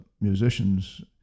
musicians